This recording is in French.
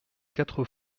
quatre